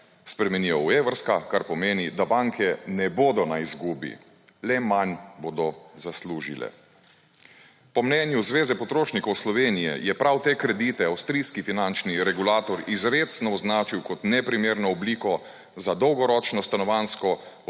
spremenijo v evrska, kar pomeni, da banke ne bodo na izgubi, le manj bodo zaslužile. Po mnenju Zveze potrošnikov Slovenije je prav te kredite avstrijski finančni regulator izrecno označil kot neprimerno obliko za dolgoročno stanovanjsko